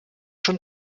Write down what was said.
schon